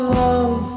love